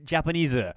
Japanese